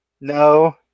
no